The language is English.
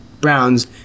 Browns